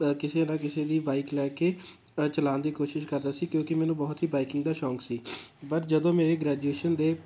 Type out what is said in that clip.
ਕਿਸੇ ਨਾ ਕਿਸੇ ਦੀ ਬਾਈਕ ਲੈ ਕੇ ਚਲਾਉਣ ਦੀ ਕੋਸ਼ਿਸ਼ ਕਰਦਾ ਸੀ ਕਿਉਂਕਿ ਮੈਨੂੰ ਬਹੁਤ ਹੀ ਬਾਈਕਿੰਗ ਦਾ ਸ਼ੌਂਕ ਸੀ ਬਟ ਜਦੋਂ ਮੇਰੇ ਗ੍ਰੈਜੂਏਸ਼ਨ ਦੇ